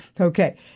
Okay